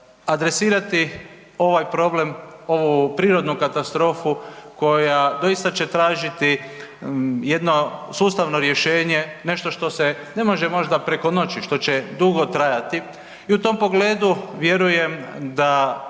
adresirati ovaj problem, ovu prirodnu katastrofu koja doista će tražiti jedno sustavno rješenje, nešto što se ne može možda preko noći, što će dugo trajati i u tom pogledu vjerujem da